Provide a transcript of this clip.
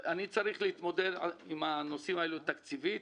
אני צריך להתמודד עם הנושאים האלה תקציבית.